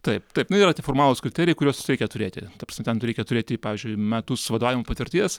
taip taip nu jo tie formalūs kriterijai kuriuos reikia turėti ta prasme ten reikia turėti pavyzdžiui metus vadovavimo patirties